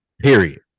Period